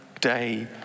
day